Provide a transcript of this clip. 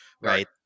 right